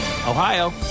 Ohio